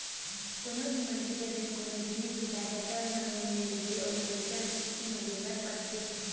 कोनो भी मनखे ह जउन कोनो जिनिस बिसाए बर टर्म लोन ले रहिथे ओला पइसा ल किस्ती म देय बर परथे